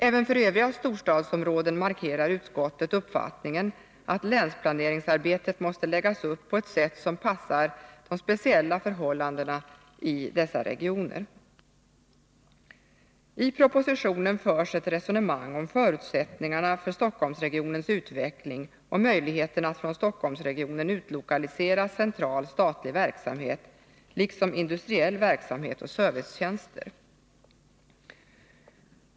Även för övriga storstadsområden markerar utskottet uppfattningen att länsplaneringsarbetet måste läggas upp på ett sätt som passar de speciella förhållandena i dessa regioner. I propositionen förs ett resonemang om förutsättningarna för Stockholmsregionens utveckling och om möjligheten att från Stockholmsregionen utlokalisera central statlig verksamhet liksom industriell verksamhet och servicetjänster.